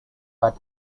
but